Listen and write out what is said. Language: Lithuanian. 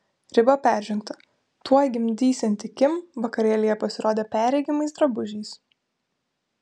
riba peržengta tuoj gimdysianti kim vakarėlyje pasirodė perregimais drabužiais